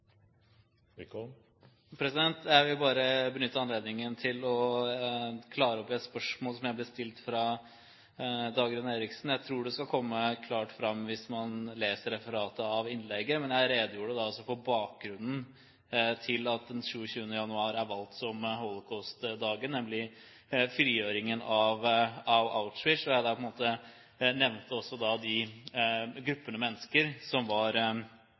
klare opp i et spørsmål som ble stilt av Dagrun Eriksen. Jeg tror det skal komme klart fram hvis man leser referatet av innlegget, men jeg redegjorde for bakgrunnen til at 27. januar er valgt som holocaustdagen, nemlig frigjøringen av Auschwitz, og jeg nevnte også de grupper mennesker som var